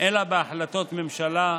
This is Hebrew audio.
אלא בהחלטות ממשלה,